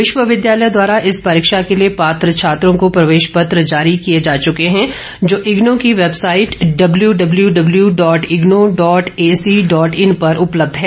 विश्वविद्यालय द्वारा इस परीक्षा के लिए पात्र छात्रों प्रवेश पत्र जारी किए जा चुके हैं जो इग्नू की website W W W dot IGNOU dot A C dot in पर उपलब्ध है